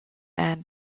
and